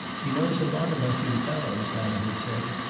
he knows a lot about you fellows, anna had said.